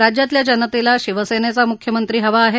राज्यातल्या जनतेला शिवसेनेचा मुख्यमंत्री हवा आहे